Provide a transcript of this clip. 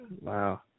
Wow